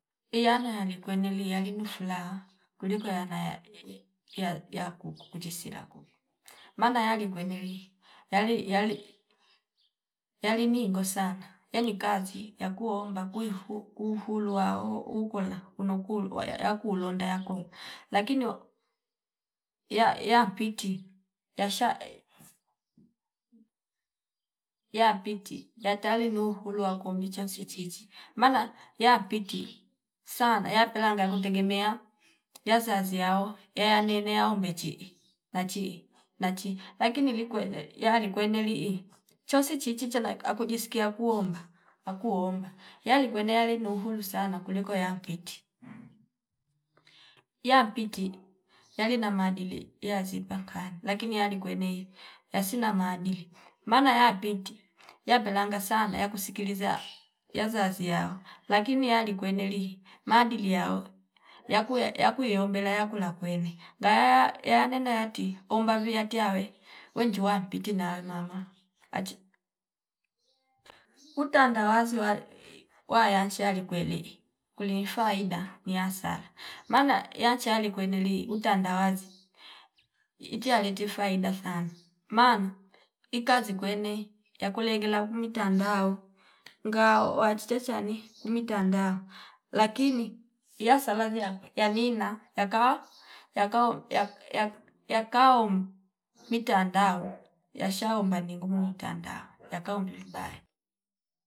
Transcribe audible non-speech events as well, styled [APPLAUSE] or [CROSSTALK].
Iyana ali kweneli yalinuli fulaha kuliko yanaya [HESITATION] yaku kukuchisila kuko maana yali kwene wi yali- yali- yaliningo sana yani kazi yakuomba kwiu huu kuhuluwao ukola uno koo waya yakulonda yakwe lakini ya- yampiti yasha yapiti yatali nuhulwa kumbicha sichichi maana yapiti sana yapelenga yakutegemea yazazi yao yanene yao mechi nachi nachi lakini likwende yalikweneli chosi chichi chana akujiskia kuomba akuomba yali kwene yali nuhulu sana kuliko yampiti. Yampiti yali na maadili yazipa kani lakini ali kweneli yasi na maadili maana yampiti yapelanga sana ya kusikiliza yazazi yao lakini ali kweneli maaadili yao yakuya yakuyombela yakula kwene ngayaya yanena yati omba viyati yawe wenju wa mpite nawe mama achi. Utandawazi wa wayanchi yali kwelei kuli faida ni hasara maana yanchi ali kweneli utandawazi iti yaleti faida sana maana ikazi kwene yakulengela mitandao nga wachichesa ni kumitandao lakini iyasalazia yanina yakawa- yakawa ya- ya- ya- yakaom mitandao yashaomba ni ngumu mitandao yakaombi vibaya